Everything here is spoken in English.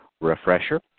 Refresher